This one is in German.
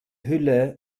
hülle